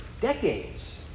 decades